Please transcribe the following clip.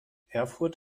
erfurt